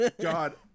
God